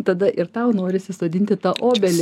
tada ir tau norisi sodinti tą obelį